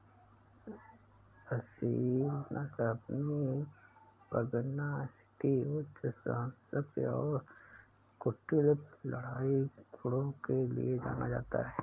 असील नस्ल अपनी पगनासिटी उच्च सहनशक्ति और कुटिल लड़ाई गुणों के लिए जाना जाता है